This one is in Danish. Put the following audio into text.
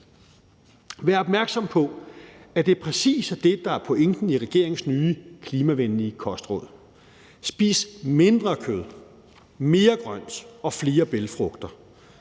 Vær opmærksom på, at det præcis er det, der er pointen i regeringens nye klimavenlige kostråd: Spis mindre kød, mere grønt og flere bælgfrugter.